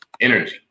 energy